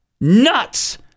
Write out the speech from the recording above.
nuts